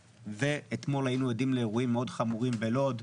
אתמול היינו עדים לאירועים חמורים מאוד בלוד,